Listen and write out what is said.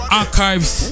archives